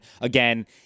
again